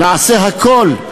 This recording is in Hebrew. נעשה הכול,